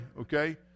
okay